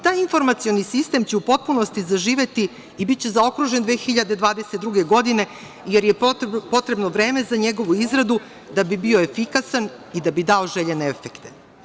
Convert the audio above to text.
Taj informacioni sistem će u potpunosti zaživeti i biće zaokružen 2022. godine, jer je potrebno vreme za njegovu izradu da bi bio efikasan i da bi dao željene efekte.